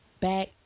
back